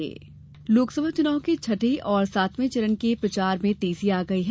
चुनाव प्रचार लोकसभा चुनाव के छठे और सातवें चरण के प्रचार में तेजी आ गई है